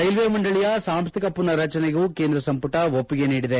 railway ಮಂಡಳಿಯ ಸಾಂಸ್ದಿಕ ಪುನರ್ ರಚನೆಗೂ ಕೇಂದ್ರ ಸಂಪುಟ ಒಪ್ಪಿಗೆ ನೀಡಿದೆ